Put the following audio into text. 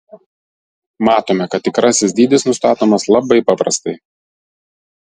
matome kad tikrasis dydis nustatomas labai paprastai